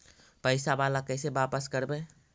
पैसा बाला कैसे बापस करबय?